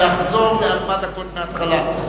ואחזור לארבע דקות מההתחלה.